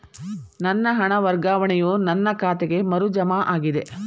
ನನ್ನ ಹಣ ವರ್ಗಾವಣೆಯು ನನ್ನ ಖಾತೆಗೆ ಮರು ಜಮಾ ಆಗಿದೆ